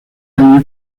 año